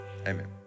amen